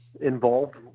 involved